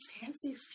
fancy